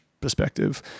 perspective